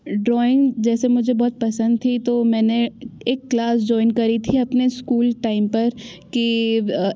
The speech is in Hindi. ड्रॉइंग जैसे मुझे बहुत पसंद थी तो मैंने एक क्लास जॉइन करी थी अपने स्कूल टाइम पर कि